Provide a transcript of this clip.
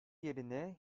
yerine